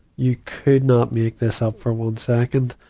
you could not make this up for one second.